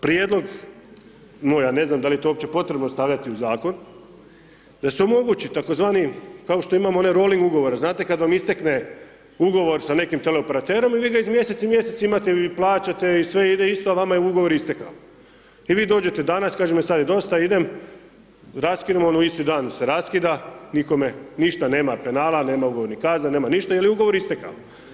Prijedlog moj, ja ne znam da li je to uopće stavljati u zakon da se omogući tzv. kao što imamo one rolling ugovore, znate kad vam istekne ugovor sa nekim teleoperaterom, vi ga iz mjesec u mjesec imate i plaćate i sve ide isto a vama je ugovor istekao i vi dođete danas, kažemo sad je dosta, raskinemo, isti dan se raskida, nikome ništa, nema penala, nema ugovornih kazna, nema ništa jer je ugovor istekao.